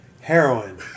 heroin